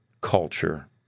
culture